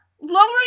lowering